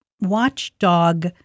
watchdog